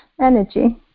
energy